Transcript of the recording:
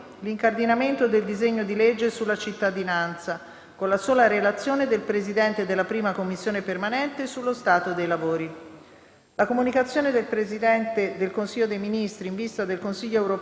Le comunicazioni del Presidente del Consiglio dei ministri in vista del Consiglio europeo del 22 e 23 giugno avranno luogo nella seduta antimeridiana di mercoledì 21 giugno, con inizio alle ore 9,30.